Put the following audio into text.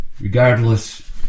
regardless